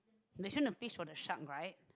n~ got show the fish for the shark right